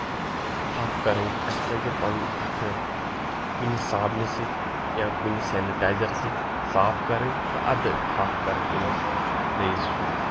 تھپھ کرو اَسہِ پزن پنٕنۍ اَتھٕ کُنہِ صابنہِ سۭتۍ یا کُنہِ سینٹایزر سۭتۍ صاف کرٕنۍ تہٕ اَدٕ تھپھ کرٕنۍ أمِس نٔیِس شُرِس